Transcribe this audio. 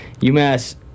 UMass